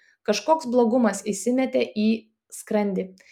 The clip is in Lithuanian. kažkoks blogumas įsimetė į skrandį